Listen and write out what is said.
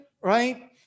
right